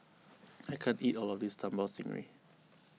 I can't eat all of this Sambal Stingray